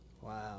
Wow